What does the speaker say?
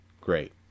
Great